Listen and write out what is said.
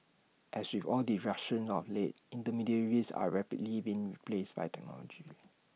as with all disruptions of late intermediaries are rapidly been replaced by technology